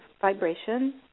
vibration